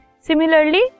Similarly